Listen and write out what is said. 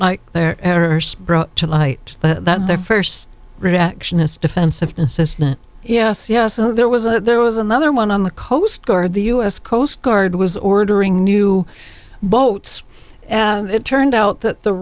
like their errors brought to light that their first reaction is defensive consistent yes yes there was a there was another one on the coast guard the u s coast guard was ordering new boats and it turned out that the